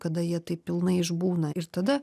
kada jie tai pilnai išbūna ir tada